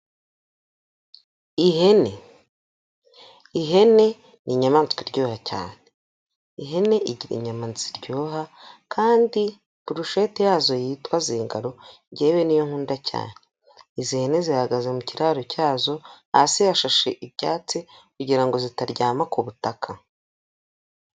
Ihene. Ihene ni inyamaswa iryoha cyane, ihene igira inyama ziryoha kandi burushete yazo yitwa zingaro njyewe niyo nkunda cyane, izi hene zihagaze mu kiraro cyazo, hasi yashashe ibyatsi kugira ngo zitaryama ku butaka.